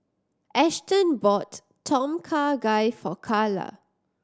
Ashton bought Tom Kha Gai for Kala